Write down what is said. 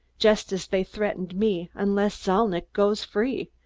just as they threatened me, unless zalnitch goes free,